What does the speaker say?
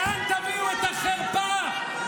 הזמבורות שלכם,